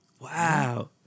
Wow